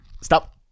Stop